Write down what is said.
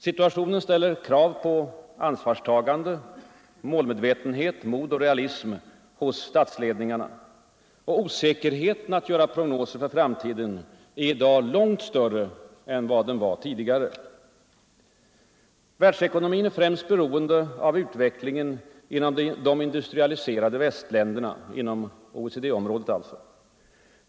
Situationen ställer krav på ansvars tagande, målmedvetenhet, mod och realism hos statsledningarna. Och osäkerheten att göra prognoser för framtiden är i dag långt större än tidigare. Världsekonomin är främst beroende av den ekonomiska utvecklingen inom de industrialiserade världsländerna inom OECD.